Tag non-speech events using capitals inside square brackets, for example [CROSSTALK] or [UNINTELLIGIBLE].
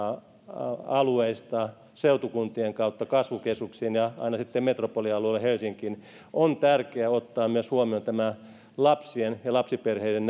alueista ja edetään seutukuntien kautta kasvukeskuksiin ja aina sitten metropolialueelle helsinkiin on tärkeää ottaa huomioon myös tämä lapsien ja lapsiperheiden [UNINTELLIGIBLE]